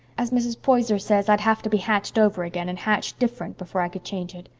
as mrs. poyser says, i'd have to be hatched over again and hatched different before i could change it.